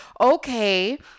Okay